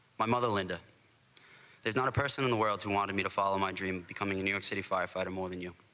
my mother linda there's not a person in the world who wanted me to follow my dream becoming new. york city firefighter. more than you